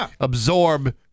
absorb